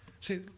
See